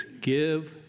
give